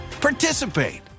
participate